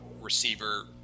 Receiver